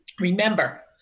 Remember